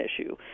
issue